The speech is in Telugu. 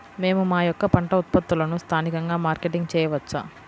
మేము మా యొక్క పంట ఉత్పత్తులని స్థానికంగా మార్కెటింగ్ చేయవచ్చా?